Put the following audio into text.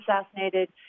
assassinated